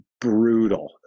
brutal